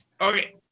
Okay